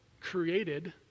created